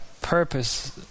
purpose